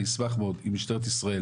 אני אשמח מאוד אם משטרת ישראל